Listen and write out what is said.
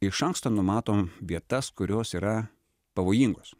iš anksto numatom vietas kurios yra pavojingos